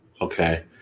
okay